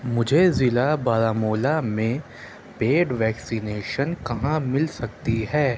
مجھے ضلعہ بارہمولہ میں پیڈ ویکسینیشن کہاں مِل سکتی ہے